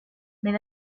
mais